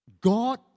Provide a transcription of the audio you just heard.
God